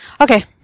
Okay